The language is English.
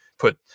put